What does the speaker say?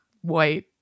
white